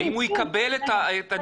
האם הוא יקבל את הנישואים.